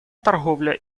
торговля